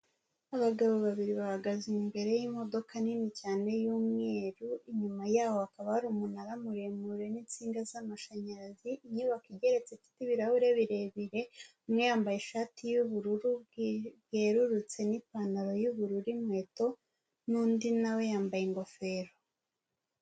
Abagabo babiri bahagaze imbere y'imodoka nini cyane y'umweru, inyuma y'aho hakaba ari umunara muremure n'insinga z'amashanyarazi, inyubako igeretse ifite ibirahure birebire, umwe yambaye ishati y'ubururu yerurutse n'ipantaro y'ubururu, inkweto n'undi nawe yambaye ingofero.